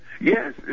Yes